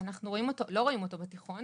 אנחנו לא רואים אותו בתיכון.